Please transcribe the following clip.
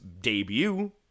debut